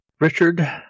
Richard